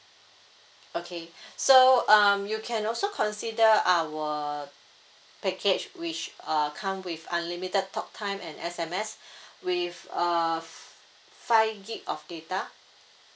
okay so um you can also consider our package which uh come with unlimited talktime and S_M_S with uh f~ five gig of data